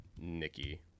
Nikki